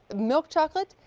milk chocolate,